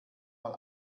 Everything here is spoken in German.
mal